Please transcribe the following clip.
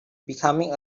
becoming